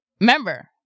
Remember